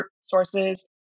sources